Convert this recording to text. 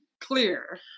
clear